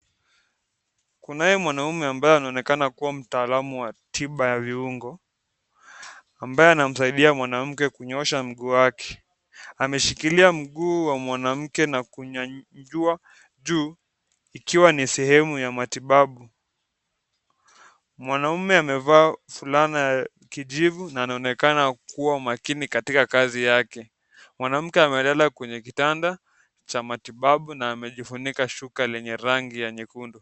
Kunaye mwanaume ambaye anaonekana kuwa mtaalam wa tiba ya viungo ambaye anasaidia mwanamke kunyoosha mguu wake ,ameshikilia mguu wa mwanamke na kunyanyua juu ikiwa ni sehemu ya matibabu ,mwanaume amevaa fulana ya kijivu na anaonekana kuwa makini katika kazi yake mwanamke amelala kwenye kitanda cha matibabu na amejifunika shuka lenye rangi ya nyekundu.